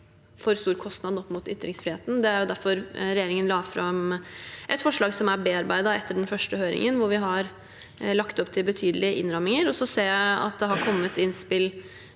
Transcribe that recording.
for stor kostnad opp mot ytringsfriheten. Derfor la regjeringen fram et forslag som er bearbeidet etter den første høringen, og hvor vi har lagt opp til betydelige innramminger. Så ser jeg at det har kommet innspill